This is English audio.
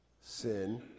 Sin